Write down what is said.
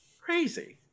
Crazy